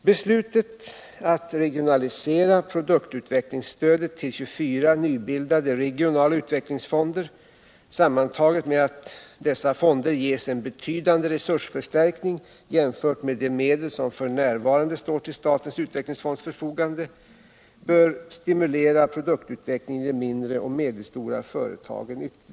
Beslutet att regionalisera produktutvecklingsstödet till 24 nybildade regionala utvecklingsfonder tillsammans med att dessa fonder ges en betydande resursförstärkning, jämfört med de medel som f. n. står till statens utvecklingsfonds förfogande, bör ytterligare stimulera produktutvecklingen i de mindre och medelstora företagen.